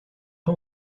pas